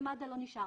אבל למד"א לא נשאר.